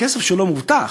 הכסף שלו מובטח.